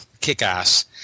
kick-ass